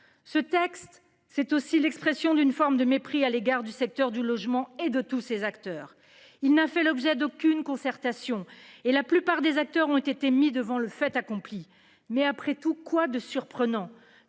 Ce texte manifeste également une forme de mépris à l'égard du secteur du logement et de tous ses acteurs. Il n'a fait l'objet d'aucune concertation, et la plupart des acteurs ont été mis devant le fait accompli. Mais après tout, quoi de surprenant,